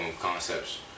Concepts